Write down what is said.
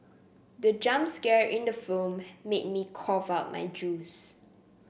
the jump scare in the film made me cough out my juice